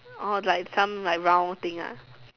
orh like some like round thing ah